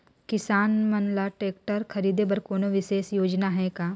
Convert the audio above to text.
किसान मन ल ट्रैक्टर खरीदे बर कोनो विशेष योजना हे का?